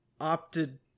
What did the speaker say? opted